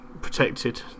protected